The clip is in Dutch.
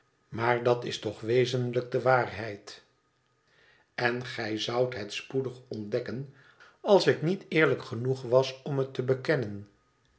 maar dat is toch wezenlijk de waarheid en gij zoudt het spoedig ontdekken als ik niet eerlijk genoeg was om het te bekennen